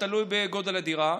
תלוי בגודל הדירה.